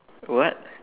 what